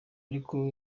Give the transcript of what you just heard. ariko